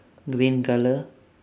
green colour